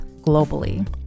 globally